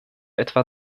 etwa